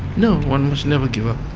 no, one must never give up.